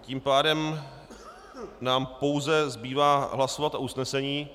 Tím pádem nám pouze zbývá hlasovat o usnesení.